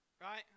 right